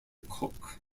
cook